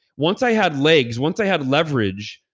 once i had legs, once i had leverage.